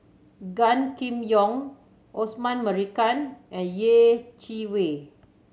Gan Kim Yong Osman Merican and Yeh Chi Wei